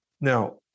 Now